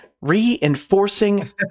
reinforcing